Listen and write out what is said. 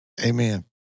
amen